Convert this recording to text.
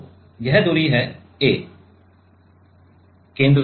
तो यह दूरी है a केंद्र से